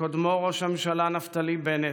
וקודמו ראש הממשלה נפתלי בנט,